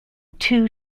two